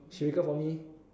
she wake up for me